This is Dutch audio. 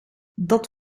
dat